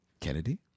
Kennedy